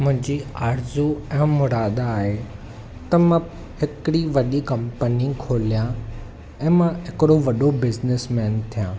मुंहिंजी आरज़ू ऐं मुरादु आहे त मां हिकिड़ी वॾी कंपनी खोलिया ऐं मां हिकिड़ो वॾो बिज़निस मैन थिया